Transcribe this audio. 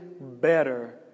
better